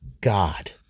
god